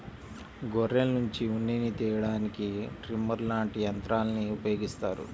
గొర్రెల్నుంచి ఉన్నిని తియ్యడానికి ట్రిమ్మర్ లాంటి యంత్రాల్ని ఉపయోగిత్తారు